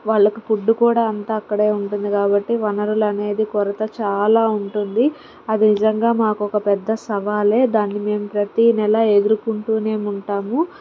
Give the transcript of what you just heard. వాళ్ళకు ఫుడ్ కూడా అంతా అక్కడే ఉంటుంది కాబట్టి వనరులు అనేది కొరత చాలా ఉంటుంది అది నిజంగా మాకొక పెద్ద సవాలే దాన్ని మేము ప్రతీ నెల ఏదురుకుంటూనే ఉంటాము